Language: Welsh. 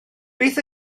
beth